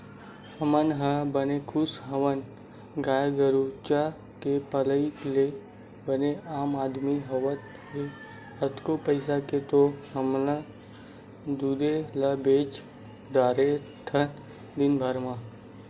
हमन ह बने खुस हवन गाय गरुचा के पलई ले बने आमदानी होवत हे कतको पइसा के तो हमन दूदे ल बेंच डरथन दिनभर म